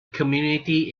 community